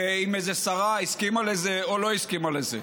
ואם איזו שרה הסכימה לזה או לא הסכימה לזה.